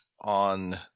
on